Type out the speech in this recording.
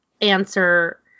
answer